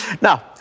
Now